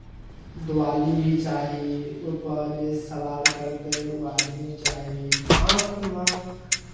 दुआली भी चाही ओहिपर जे सवार करतै ओ आदमी चाही आँखिमे